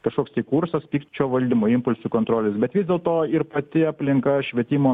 kažkoks tai kursas pykčio valdymo impulsų kontrolės bet vis dėlto ir pati aplinka švietimo